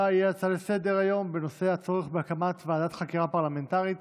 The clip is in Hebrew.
לסדר-היום בנושא: הצורך בהקמת ועדת חקירה פרלמנטרית